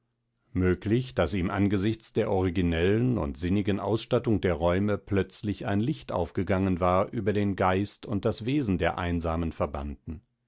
möglich daß ihm angesichts der originellen und sinnigen ausstattung der räume plötzlich ein licht aufgegangen war über den geist und das wesen der einsamen verbannten